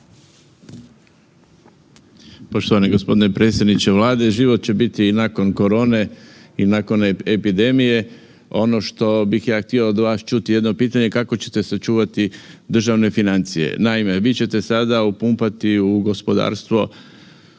Poštovani gospodine predsjedniče Vlade, život će biti i nakon korone i nakon epidemije. Ono što bih ja htio čuti od vas jedno pitanje, kako ćete sačuvati državne financije. Naime, vi ćete sada upumpati u gospodarstvo